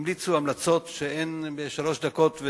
המליצו המלצות שבשלוש דקות,